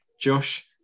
Josh